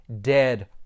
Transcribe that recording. dead